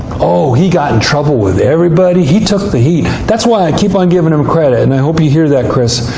oh, he got in trouble with everybody! he took the heat. that's why i keep um giving him credit. and i hope you hear that, chris.